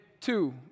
two